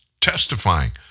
testifying